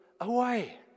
away